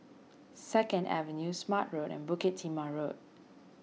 Second Avenue Smart Road and Bukit Timah Road